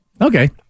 Okay